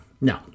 No